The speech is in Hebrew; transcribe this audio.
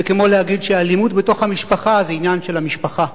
זה כמו להגיד שאלימות בתוך המשפחה זה עניין של המשפחה.